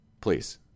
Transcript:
Please